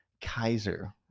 Kaiser